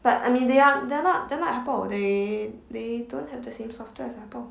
but I mean aren't they are not they are not apple they don't have the same software as apple